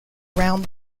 round